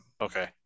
Okay